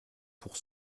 pour